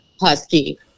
Husky